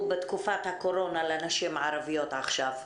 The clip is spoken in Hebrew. בתקופת הקורונה לנשים ערביות עכשיו.